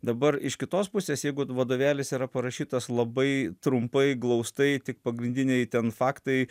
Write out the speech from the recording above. dabar iš kitos pusės jeigu vadovėlis yra parašytas labai trumpai glaustai tik pagrindiniai ten faktai